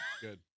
good